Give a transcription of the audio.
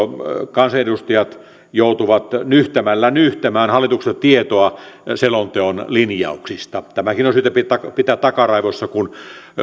kansanedustajat joutuvat nyhtämällä nyhtämään hallitukselta tietoa selonteon linjauksista tämäkin on syytä pitää takaraivossa kun